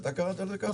אתה קראת לזה ככה?